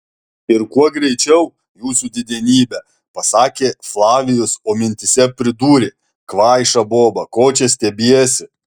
ir kuo greičiau jūsų didenybe pasakė flavijus o mintyse pridūrė kvaiša boba ko čia stebiesi